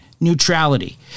Neutrality